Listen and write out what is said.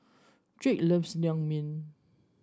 Drake loves Naengmyeon